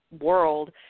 world